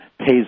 pays